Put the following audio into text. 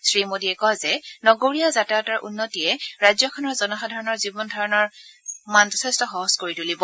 শ্ৰীমোদীয়ে কয় যে নগৰীয়া যাতায়তৰ উন্নতিয়ে ৰাজ্যখনৰ জনসাধাৰণৰ জীৱন ধাৰণ যথেষ্ট সহজ কৰি তুলিব